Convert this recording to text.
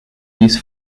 this